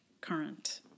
current